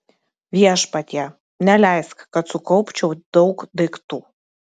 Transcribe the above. viešpatie neleisk kad sukaupčiau daug daiktų